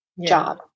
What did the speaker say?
job